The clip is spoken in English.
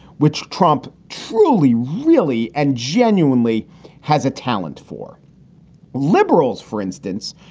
which trump truly, really and genuinely has a talent for liberals. for instance,